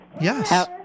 Yes